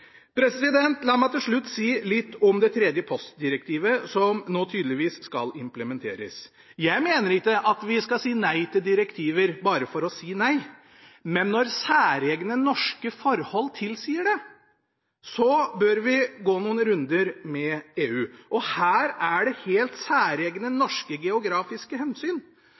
La meg til slutt si litt om det tredje postdirektivet, som nå tydeligvis skal implementeres. Jeg mener ikke at vi skal si nei til direktiver bare for å si nei, men når særegne norske forhold tilsier det, bør vi gå noen runder med EU. Her er det helt særegne norske geografiske hensyn.